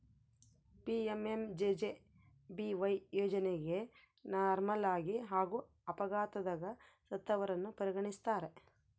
PMMJJBY ಯೋಜನೆಗ ನಾರ್ಮಲಾಗಿ ಹಾಗೂ ಅಪಘಾತದಗ ಸತ್ತವರನ್ನ ಪರಿಗಣಿಸ್ತಾರ